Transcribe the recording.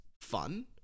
fun